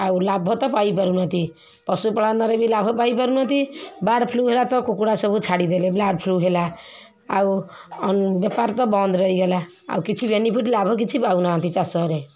ଆଉ ଲାଭ ତ ପାଇପାରୁ ନାହାନ୍ତି ପଶୁପାଳନରେ ବି ଲାଭ ପାଇପାରୁ ନାହାନ୍ତି ବାର୍ଡ଼ ଫ୍ଲୁ ହେଲା ତ କୁକୁଡ଼ା ସବୁ ଛାଡ଼ିଦେଲେ ବାର୍ଡ଼ ଫ୍ଲୁ ହେଲା ଆଉ ବେପାର ତ ବନ୍ଦ ରହିଗଲା ଆଉ କିଛି ବେନିଫିଟ୍ ଲାଭ କିଛି ପାଉନାହାନ୍ତି ଚାଷରେ